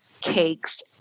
Cakes